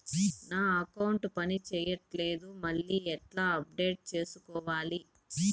నా అకౌంట్ పని చేయట్లేదు మళ్ళీ ఎట్లా అప్డేట్ సేసుకోవాలి?